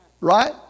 Right